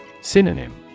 Synonym